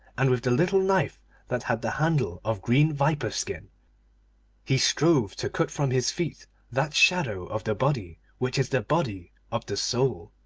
and with the little knife that had the handle of green viper's skin he strove to cut from his feet that shadow of the body which is the body of the soul.